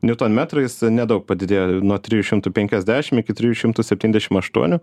niutonmetrais nedaug padidėjo nuo trijų šimtų penkiasdešim iki trijų šimtų septyniasdešim aštuonių